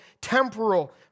temporal